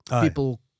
people